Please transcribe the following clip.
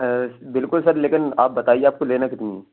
بالکل سر لیکن آپ بتائیے آپ کو لینا کتنی ہے